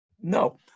No